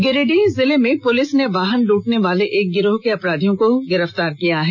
गिरिडीह जिले में पुलिस ने वाहन लूटने वाले एक गिरोह के अपराधियों को गिरफ्तार किया है